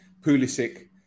Pulisic